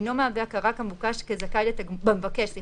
אינו מהווה הכרת המבקש כזכאי לתגמולים,